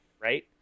right